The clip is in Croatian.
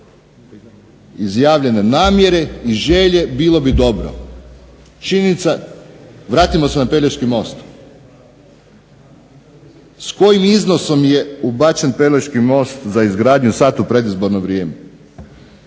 izjavljene namjere i želje bilo bi dobro. Činjenica, vratimo se na Pelješki most, s kojim iznosom je ubačen Pelješki most za izgradnju sada u predizborno vrijeme,